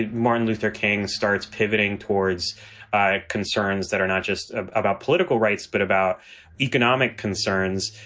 ah martin luther king starts pivoting towards ah concerns that are not just ah about political rights, but about economic concerns.